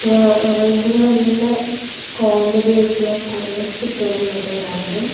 ഭയങ്കര നല്ല കോമഡിയായിട്ടുള്ള കുറേ സ്കിറ്റുകളതിനകത്ത് വരാറുണ്ട്